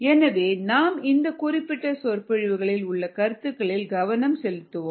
எனவே நாம் இந்த குறிப்பிட்ட சொற்பொழிவில் உள்ள கருத்துகளில் கவனம் செலுத்துவோம்